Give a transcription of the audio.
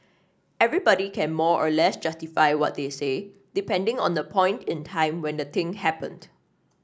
everybody can more or less justify what they say depending on the point in time when the thing happened